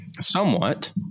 Somewhat